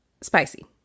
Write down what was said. spicy